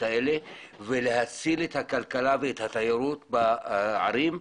האלה ולהציל את הכלכלה ואת התיירות בערים,